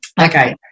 Okay